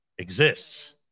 Exists